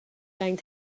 going